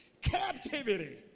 Captivity